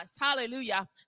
Hallelujah